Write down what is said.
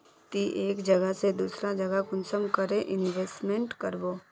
ती एक जगह से दूसरा जगह कुंसम करे इन्वेस्टमेंट करबो?